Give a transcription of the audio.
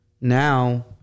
now